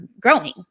growing